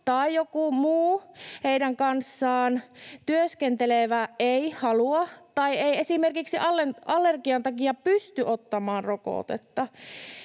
tai joku muu heidän kanssaan työskentelevä ei halua tai ei esimerkiksi allergian takia pysty ottamaan rokotetta,